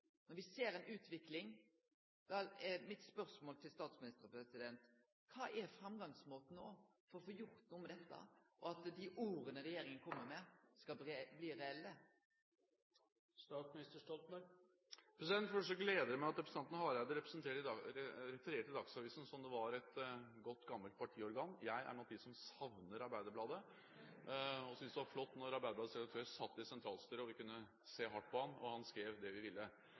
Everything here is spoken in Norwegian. når vi ser ei utvikling – da er mitt spørsmål til statsministeren: Kva er framgangsmåten nå for å få gjort noko med dette, og for at dei orda regjeringa kjem med, skal bli reelle? Først gleder det meg at representanten Hareide refererer til Dagsavisen som om det var et godt, gammelt partiorgan. Jeg er blant dem som savner Arbeiderbladet, og som syntes det var flott da Arbeiderbladets redaktør satt i sentralstyret og vi kunne se hardt på ham, og han skrev det vi ville.